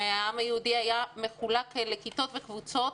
שהעם היהודי היה מחולק לכיתות וקבוצות,